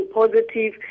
positive